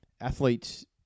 athletes